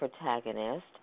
protagonist